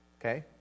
okay